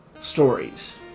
stories